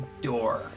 door